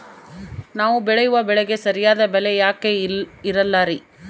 ನಾವು ಬೆಳೆಯುವ ಬೆಳೆಗೆ ಸರಿಯಾದ ಬೆಲೆ ಯಾಕೆ ಇರಲ್ಲಾರಿ?